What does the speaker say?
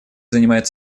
занимает